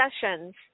sessions